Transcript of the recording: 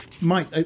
Mike